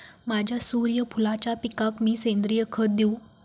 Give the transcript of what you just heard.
माझ्या सूर्यफुलाच्या पिकाक मी सेंद्रिय खत देवू?